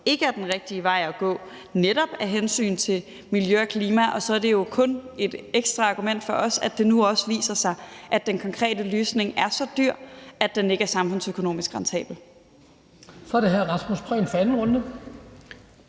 ikke er den rigtige vej at gå, netop af hensyn til miljø og klima. Og så er det jo kun et ekstra argument for os, at det nu også viser sig, at den konkrete løsning er så dyr, at den ikke er samfundsøkonomisk rentabel.